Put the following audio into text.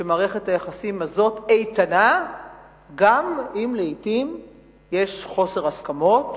שמערכת היחסים הזאת איתנה גם אם לעתים יש חוסר הסכמות,